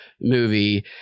movie